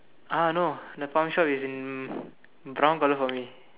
ah no the farm shop is in brown color for me